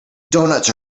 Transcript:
doughnuts